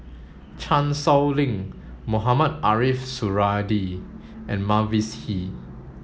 Chan Sow Lin Mohamed Ariff Suradi and Mavis Hee